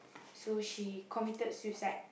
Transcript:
so she committed suicide